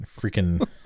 Freaking